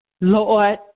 Lord